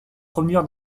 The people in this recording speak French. provenir